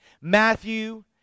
Matthew